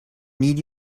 need